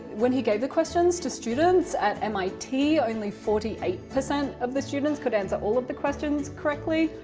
when he gave the questions to students at mit, only forty eight percent of the students could answer all of the questions correctly.